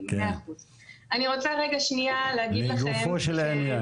אני רוצה רגע שנייה להגיד לכם,